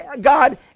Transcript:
God